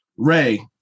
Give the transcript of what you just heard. Ray